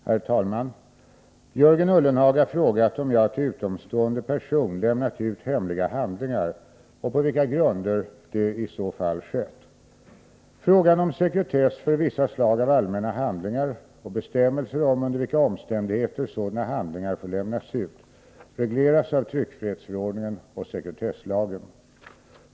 Herr talman! Jörgen Ullenhag har frågat om jag till utomstående person lämnat ut hemliga handlingar och på vilka grunder det i så fall skett. Frågan om sekretess för vissa slag av allmänna handlingar och bestämmelser om under vilka omständigheter sådana handlingar får lämnas ut regleras av tryckfrihetsförordningen och sekretesslagen.